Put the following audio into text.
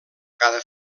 cada